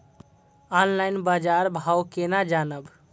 Online बाजार भाव केना जानब?